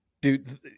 Dude